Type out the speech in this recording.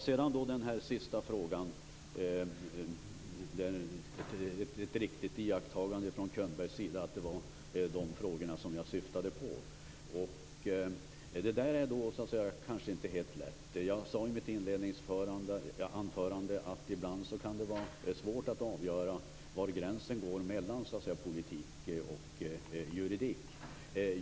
I den sista frågan är det ett riktigt iakttagande från Bo Könbergs sida, att det var de frågorna som jag syftade på. Detta är kanske inte helt lätt. Jag sade i mitt anförande att det ibland kan vara svårt att avgöra var gränsen går mellan politik och juridik.